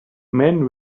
man